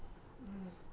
mmhmm